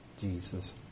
Jesus